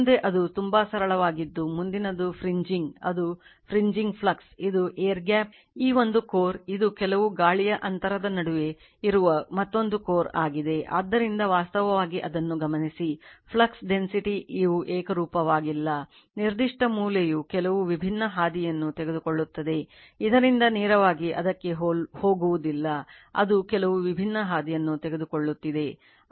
ಮುಂದೆ ಅದು ತುಂಬಾ ಸರಳವಾದದ್ದು ಮುಂದಿನದು fringing ಇದು fringing flux ಇದು air gap ಯು ಏಕರೂಪವಾಗಿಲ್ಲ ನಿರ್ದಿಷ್ಟ ಮೂಲೆಯು ಕೆಲವು ವಿಭಿನ್ನ ಹಾದಿಯನ್ನು ತೆಗೆದುಕೊಳ್ಳುತ್ತದೆ ಇದರಿಂದ ನೇರವಾಗಿ ಅದಕ್ಕೆ ಹೋಗುವುದಿಲ್ಲ ಅದು ಕೆಲವು ವಿಭಿನ್ನ ಹಾದಿಯನ್ನು ತೆಗೆದುಕೊಳ್ಳುತ್ತಿದೆ